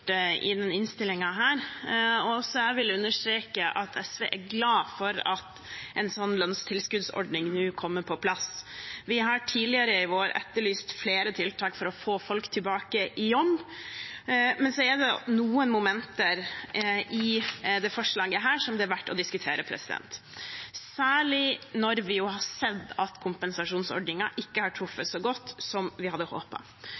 understreke at SV er glad for at en sånn lønnstilskuddsordning nå kommer på plass. Vi har tidligere i vår etterlyst flere tiltak for å få folk tilbake i jobb. Men så er det noen momenter i dette forslaget som er verd å diskutere, særlig når vi jo har sett at kompensasjonsordningen ikke har truffet så godt som vi hadde